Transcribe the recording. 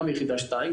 גם יחידה 2,